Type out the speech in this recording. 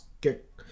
get